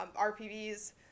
RPV's